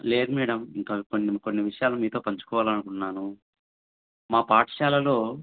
లేదు మేడం ఇంకా కొన్ని కొన్ని విషయాలు మీతో పంచుకోవాలి అనుకున్నాను మా పాఠశాలలో